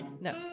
No